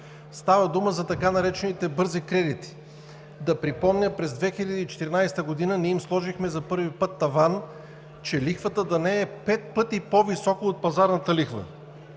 Става дума за така наречените бързи кредити. Да припомня – през 2014 г. ние им сложихме за първи път таван, че лихвата да не е пет пъти по-висока от пазарната лихва.